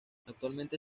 actualmente